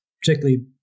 particularly